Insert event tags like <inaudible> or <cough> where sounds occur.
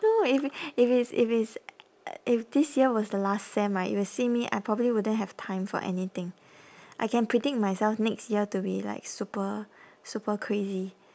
so if if it's if it's <noise> if this year was the last sem right you will see me I probably wouldn't have time for anything I can predict myself next year to be like super super crazy